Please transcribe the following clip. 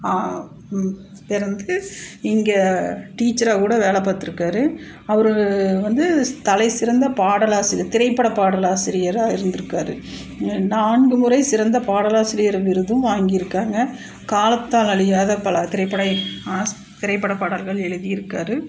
பிறந்து இங்கே டீச்சராக கூட வேலை பாத்திருக்காரு அவர் வந்து தலைசிறந்த பாடலாசிரியர் திரைப்பட பாடலாசிரியராக இருந்திருக்காரு நான்கு முறை சிறந்த பாடலாசிரியர் விருதும் வாங்கி இருக்காங்க காலத்தால் அழியாத பல திரைப்பட திரைப்பட பாடல்கள் எழுதி இருக்கார்